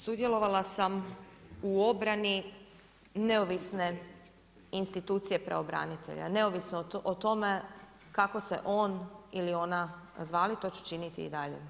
Sudjelovala sam u obrani neovisne institucije pravobranitelja neovisno o tome kako se on ili ona zvali to ću činiti i dalje.